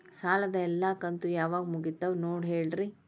ಸಾಲದ ಎಲ್ಲಾ ಕಂತು ಯಾವಾಗ ಮುಗಿತಾವ ನೋಡಿ ಹೇಳ್ರಿ